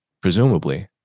presumably